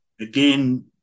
Again